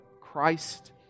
Christ